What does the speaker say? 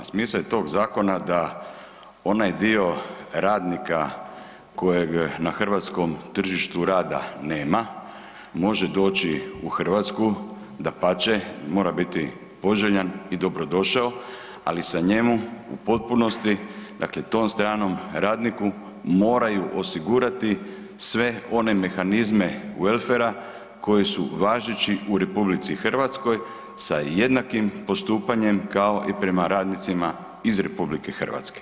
Smisao je tog zakona da onaj dio radnika kojeg na hrvatskom tržištu rada nema može doći u Hrvatsku, dapače mora biti poželjan i dobrodošao, ali se njemu u potpunosti, dakle tom stranom radniku, moraju osigurati sve one mehanizme … [[Govornik se ne razumije]] koji su važeći u RH sa jednakim postupanjem kao i prema radnicima iz RH.